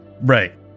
right